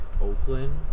Oakland